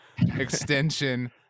extension